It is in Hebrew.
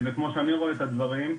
וכמו שאני רואה את הדברים,